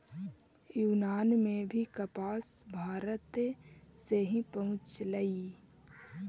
यूनान में भी कपास भारते से ही पहुँचलई